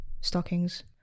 stockings